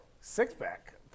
six-pack